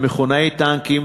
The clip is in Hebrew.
למכונאי טנקים,